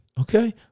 Okay